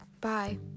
Bye